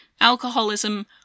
alcoholism